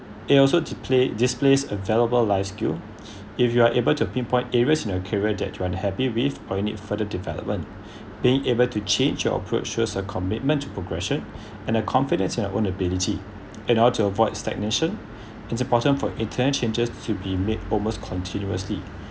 it also display~ displays available life skill if you are able to pinpoint areas in your career that you're unhappy with or you need further development being able to change your approaches a commitment to progression and a confidence in our own ability in order to avoid stagnation it's important for internal changes to be made almost continuously